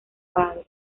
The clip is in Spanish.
padre